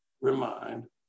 remind